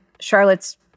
Charlotte's